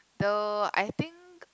the I think